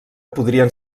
podrien